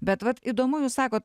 bet vat įdomu jūs sakot